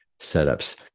setups